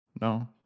No